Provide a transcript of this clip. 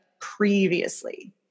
previously